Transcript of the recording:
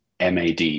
MAD